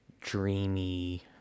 dreamy